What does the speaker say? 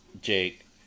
Jake